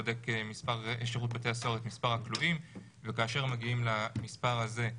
בודק שירות בתי הסוהר את מספר הכלואים וכאשר מגיעים למספר הזה,